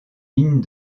mine